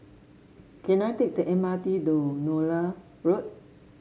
can I take the M R T to Nallur Road